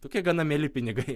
tokie gana mieli pinigai